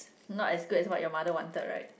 not as good as your mother wanted right